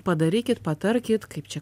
padarykit patarkit kaip čia